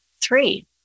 Three